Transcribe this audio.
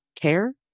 care